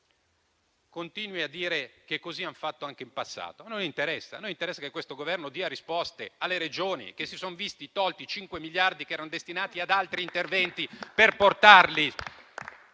continui a dire che così è stato fatto anche in passato. A noi non interessa; a noi preme che questo Governo dia risposte alle Regioni, che si sono viste togliere 5 miliardi che erano destinati ad altri interventi, per provare